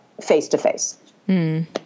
face-to-face